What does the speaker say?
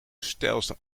steilste